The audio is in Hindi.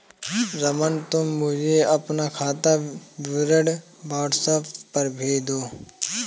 रमन, तुम मुझे अपना खाता विवरण व्हाट्सएप पर भेज दो